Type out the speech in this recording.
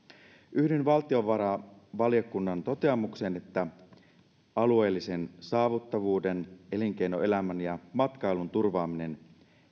yhdyn valtiovarainvaliokunnan toteamukseen että alueellisen saavutettavuuden elinkeinoelämän ja matkailun turvaaminen